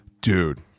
dude